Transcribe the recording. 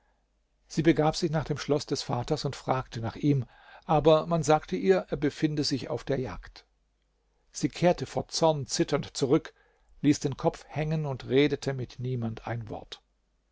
sie begab sich nach dem schloß des vaters und fragte nach ihm aber man sagte ihr er befinde sich auf der jagd sie kehrte vor zorn zitternd zurück ließ den kopf hängen und redete mit niemand ein wort